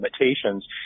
limitations